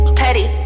petty